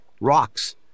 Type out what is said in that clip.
rocks